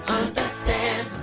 understand